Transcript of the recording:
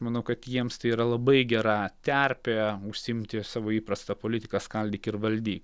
manau kad jiems tai yra labai gera terpė užsiimti savo įprasta politika skaldyk ir valdy